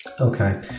Okay